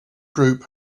group